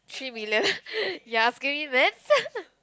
three million you are asking me maths